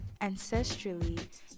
ancestrally